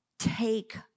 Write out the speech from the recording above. Take